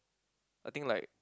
I think like